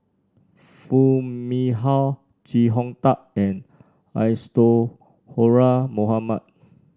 Foo Mee Har Chee Hong Tat and Isadhora Mohamed